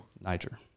Niger